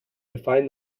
define